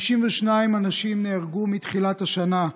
52 אנשים נהרגו מתחילת השנה,